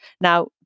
Now